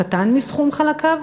קטן מסכום חלקיו?